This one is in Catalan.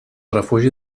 refugi